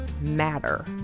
matter